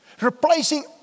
replacing